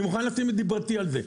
אני מוכן לשים את דברתי על זה.